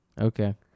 okay